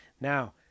Now